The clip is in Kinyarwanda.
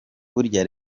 burya